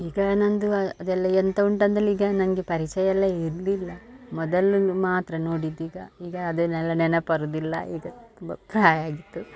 ಈಗ ನನ್ನದು ಅದೆಲ್ಲ ಎಂಥ ಉಂಟಂತ್ಹೇಳಿದಾಗ ನನಗೆ ಪರಿಚಯ ಎಲ್ಲ ಇರಲಿಲ್ಲ ಮೊದಲು ಮಾತ್ರ ನೋಡಿದ್ದು ಈಗ ಈಗ ಅದನ್ನೆಲ್ಲ ನೆನಪು ಬರುವುದಿಲ್ಲ ಈಗ ತುಂಬ ಪ್ರಾಯಾಗಿತ್ತು